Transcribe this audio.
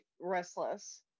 restless